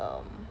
um